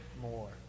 more